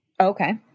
Okay